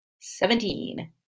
Seventeen